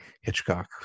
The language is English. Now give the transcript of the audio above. Hitchcock